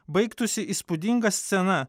baigtųsi įspūdinga scena